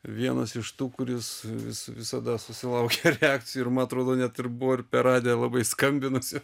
vienas iš tų kuris vis visada susilaukia reakcijų ir man atrodo net ir buvo ir per radiją labai skambinusių